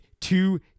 two